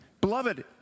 Beloved